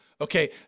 Okay